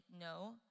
no